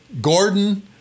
Gordon